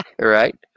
right